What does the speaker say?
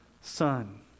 son